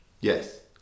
Yes